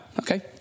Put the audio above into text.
Okay